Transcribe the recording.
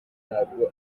ntabwo